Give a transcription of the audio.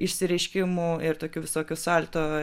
išsireiškimų ir tokių visokių salto